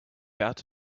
out